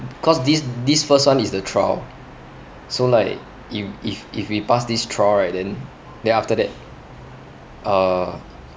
cause this this first one is the trial so like if if if we pass this trial right then then after that uh